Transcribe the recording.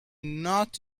not